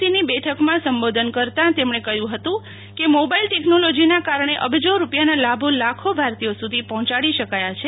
સીની બેઠકમાં સંબોધન કરતાં તેમણે કહ્યુ હતું કે મોબાઈલ ટેકનોલોજીના કારણે અબજો રૂપિયાના લાભો લાખો ભારતીયો સુ ધી પર્હોચાડી શકાય છે